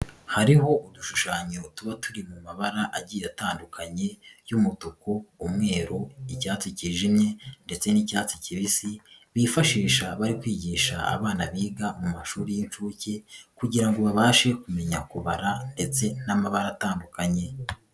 Hariho udushushanyo tuba turi mu mabara agiye atandukanye y'umutuku, umweru, icyatsi kijimye, ndetse n'icyatsi kibisi, bifashisha bari kwigisha abana biga mu mashuri y'inshuke kugira ngo babashe kumenya kubara ndetse n'amabara atandukanye.